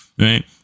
Right